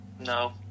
No